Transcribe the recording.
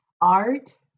art